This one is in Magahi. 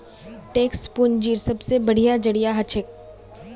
टैक्स पूंजीर सबसे बढ़िया जरिया हछेक